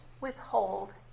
withhold